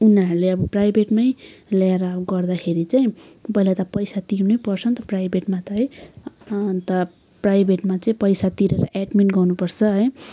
उनीहरूले अब प्राइभेटमै ल्याएर गर्दाखेरि चाहिँ पहिला त पैसा तिर्नैपर्छ नि त प्राइभेटमा त है अन्त प्राइभेटमा चाहिँ पैसा तिरेर एड्मिट गर्नुपर्छ है